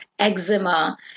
eczema